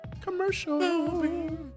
commercial